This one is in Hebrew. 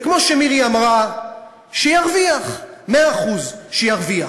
וכמו שמירי אמרה: שירוויח, מאה אחוז, שירוויח,